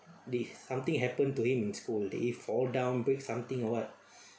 did something happen to him in school did he fall down break something or what